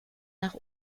nach